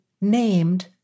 named